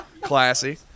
classy